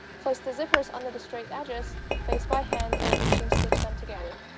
place the zippers under the straight edges baste by hand, and machine stitch them together